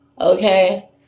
Okay